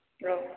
औ